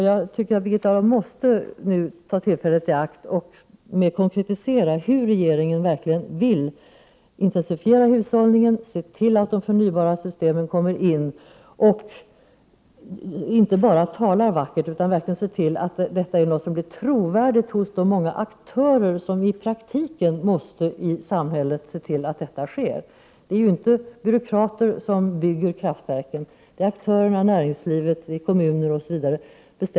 Jag anser att Birgitta Dahl nu måste ta tillfället i akt och konkretisera hur regeringen vill intensifiera hushållningen, se till att förnybara system kommer in och inte bara tala vackert utan verkligen se till att detta blir trovärdigt för de många aktörer i samhället som skall se till att detta sker i praktiken. Det är ju inte byråkrater som bygger kraftverk, det är aktörerna — näringsliv, kommuner, osv.